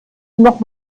noch